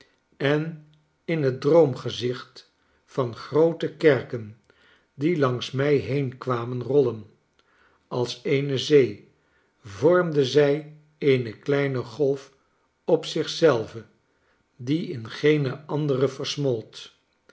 en in het droomgezicht van groote kerken die langs mij heen kwamen rollen als eene zee vormde zij eene kleine golf op zich zelve die in geene andere versmolt